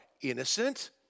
innocent